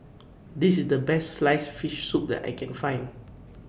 This IS The Best Sliced Fish Soup that I Can Find